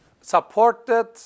supported